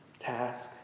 task